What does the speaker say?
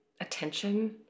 Attention